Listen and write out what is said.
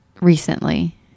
recently